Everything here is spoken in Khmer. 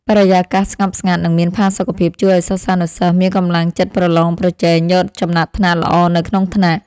បរិយាកាសស្ងប់ស្ងាត់និងមានផាសុកភាពជួយឱ្យសិស្សានុសិស្សមានកម្លាំងចិត្តប្រឡងប្រជែងយកចំណាត់ថ្នាក់ល្អនៅក្នុងថ្នាក់។